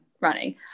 running